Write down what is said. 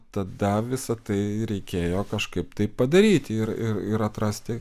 tada visa tai reikėjo kažkaip tai padaryti ir ir ir atrasti